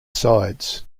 sides